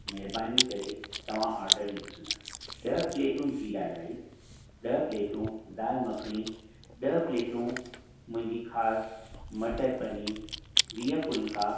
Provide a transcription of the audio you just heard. महिरबानी करे तव्हां ऑडर लिखंदा ॾह प्लेटूं जीरा राइस ॾह प्लेटूं दाल मक्खणी ॾह प्लेटूं मुंहिंजी ख़ासि मटर पनीर वीह फुलिका